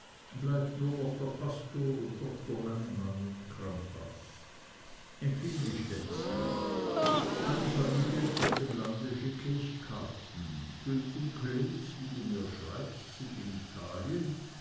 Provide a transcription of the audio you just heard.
bleibt noch der pastor und doktor hannemann und crampas empfiehl mich letzterem an die familien auf dem lande schicke ich karten güldenklees wie du mir schreibst sind in italien